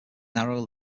narrower